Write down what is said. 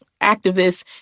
activists